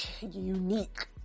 unique